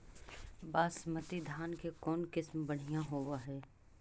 बासमती धान के कौन किसम बँढ़िया होब है?